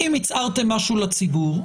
אם הצהרתם משהו לציבור,